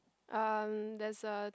um there's a